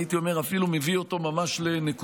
הייתי אומר אפילו במובן מסוים מביא אותו ממש לנקודה